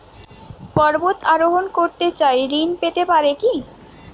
পর্বত আরোহণ করতে চাই ঋণ পেতে পারে কি?